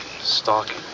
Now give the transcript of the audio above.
stalking